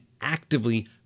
actively